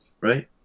Right